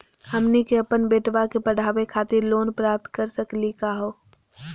हमनी के अपन बेटवा क पढावे खातिर लोन प्राप्त कर सकली का हो?